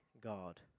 God